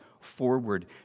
forward